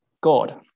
God